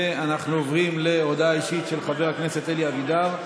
ואנחנו עוברים להודעה אישית של חבר הכנסת אלי אבידר.